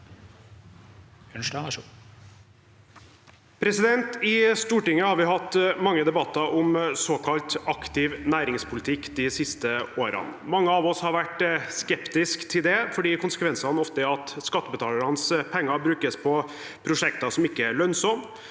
I Stortinget har vi hatt mange debatter om såkalt aktiv næringspolitikk de siste årene. Mange av oss har vært skeptisk til det, fordi konsekvensene ofte er at skattebetalernes penger brukes på prosjekter som ikke er lønnsomme,